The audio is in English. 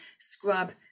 scrub